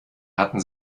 hatten